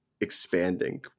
expanding